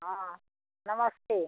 हाँ नमस्ते